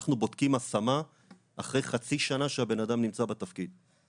אנחנו בודקים השמה אחרי חצי שנה שהבן אדם נמצא בתפקיד.